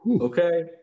Okay